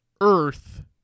Earth